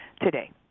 today